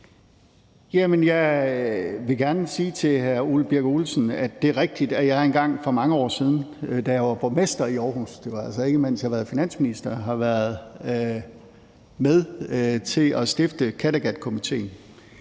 Jeg vil gerne sige til hr. Ole Birk Olesen, at det er rigtigt, at jeg engang for mange år siden, da jeg var borgmester i Aarhus – det er altså ikke, mens jeg har været finansminister – var med til at stifte Kattegatkomitéen.